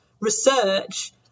research